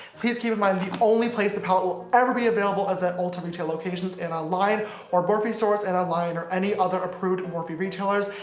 please keep in mind the only place the palette will ever be available is at ulta retail locations and online or morphe stores and online or any other approved morphe retailers,